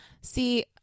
see